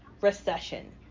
recession